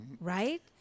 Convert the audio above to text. right